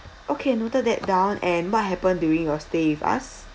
okay noted that down and what happened during your stay with us